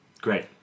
Great